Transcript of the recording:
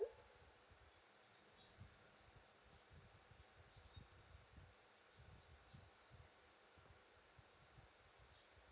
okay